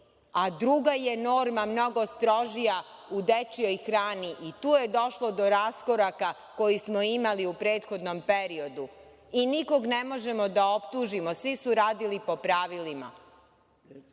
a druga je norma mnogo strožija u dečijoj hrani, i tu je došlo do raskoraka koji smo imali u prethodnom periodu. I nikog ne možemo da optužimo – svi su radili po pravilima. Znači,